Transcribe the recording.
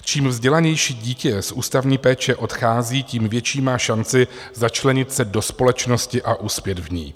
Čím vzdělanější dítě z ústavní péče odchází, tím větší má šanci začlenit se do společnosti a uspět v ní.